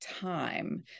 time